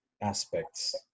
aspects